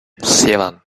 seven